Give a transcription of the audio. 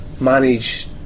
manage